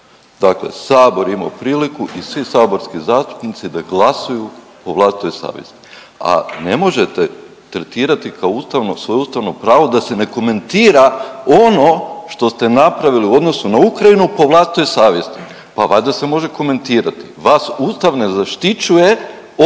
Dakle, Sabor je imao priliku i svi saborski zastupnici da glasuju po vlastitoj savjesti, a ne možete tretirati kao ustavno, svoje ustavno pravo da se ne komentira ono što ste napravili u odnosu na Ukrajinu po vlastitoj savjesti. Pa valjda se može komentirati? Vas Ustav ne zaštićuje od